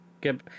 get